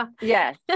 yes